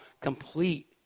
complete